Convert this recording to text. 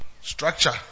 Structure